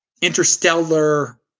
interstellar